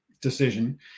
decision